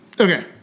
Okay